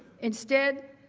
instead,